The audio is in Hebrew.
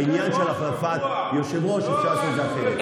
בעניין של החלפת יושב-ראש אפשר לעשות את זה אחרת.